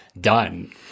done